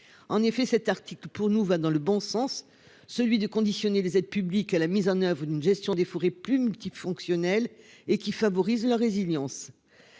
En effet, cet article pour nous va dans le bon sens, celui de conditionner les aides publiques à la mise en oeuvre une gestion des forêts plus multi-fonctionnel et qui favorisent la résilience.